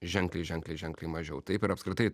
ženkliai ženkliai ženkliai mažiau taip ir apskritai